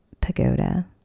pagoda